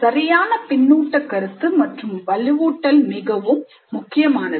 சரியான பின்னூட்டக் கருத்து மற்றும் வலுவூட்டல் மிகவும் முக்கியமானது